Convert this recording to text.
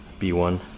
B1